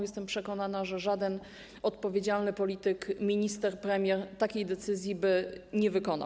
Jestem przekonana, że żaden odpowiedzialny polityk, minister, premier takiej decyzji by nie wykonał.